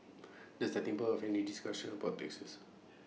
the starting point of any discussion about taxes